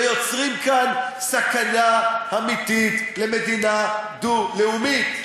ויוצרים כאן סכנה אמיתית למדינה דו-לאומית.